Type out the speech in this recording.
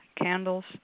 candles